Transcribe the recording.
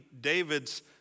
David's